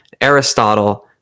Aristotle